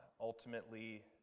ultimately